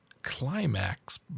climax